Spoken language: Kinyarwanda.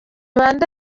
bande